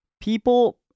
people